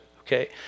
okay